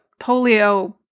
polio